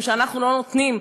משום שאנחנו לא נותנים,